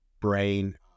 brain